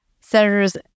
Senators